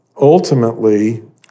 ultimately